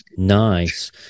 Nice